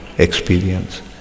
Experience